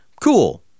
Cool